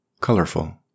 colorful